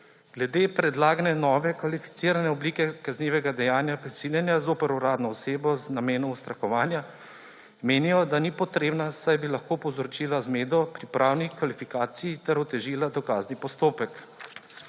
Glede predlagane nove kvalificirane oblike kaznivega dejanja prisiljenja zoper uradno osebo z namenom ustrahovanja menijo, da ni potrebna, saj bi lahko povzročila zmedo pri pravni kvalifikaciji ter otežila dokazni postopek.